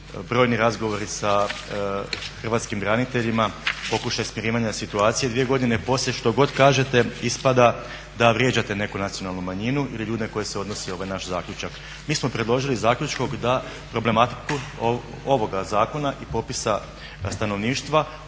brojni razgovori sa hrvatskim braniteljima, pokušaj smirivanja situacije dvije godine poslije što god kažete ispada da vrijeđate neku nacionalnu manjinu ili ljude na koje se odnosi ovaj naš zaključak. Mi smo predložili zaključkom da problematiku ovoga zakona i popisa stanovništva